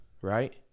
right